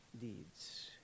deeds